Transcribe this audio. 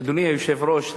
אדוני היושב-ראש,